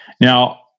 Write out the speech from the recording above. Now